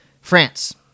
France